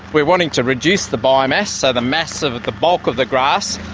we're wanting to reduce the biomass, so the mass of of the bulk of the grass,